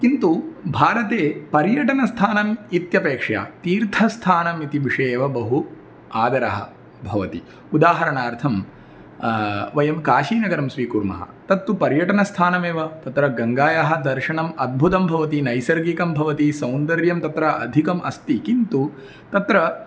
किन्तु भारते पर्यटनस्थानम् इत्यपेक्षया तीर्थस्थानम् इति विषये एव बहु आदरः भवति उदाहरणार्थं वयं काशीनगरं स्वीकुर्मः तत्तु पर्यटनस्थानमेव तत्र गङ्गायाः दर्शनम् अद्भुतं भवति नैसर्गिकं भवति सौन्दर्यं तत्र अधिकम् अस्ति किन्तु तत्र